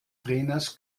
trainers